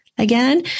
again